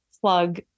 plug